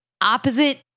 opposite